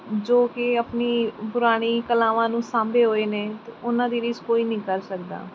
ਜੋ ਕਿ ਆਪਣੀ ਪੁਰਾਣੀ ਕਲਾਵਾਂ ਨੂੰ ਸਾਂਭੇ ਹੋਏ ਨੇ ਉਹਨਾਂ ਦੀ ਰੀਸ ਕੋਈ ਨਹੀਂ ਕਰ ਸਕਦਾ